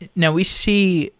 and now, we see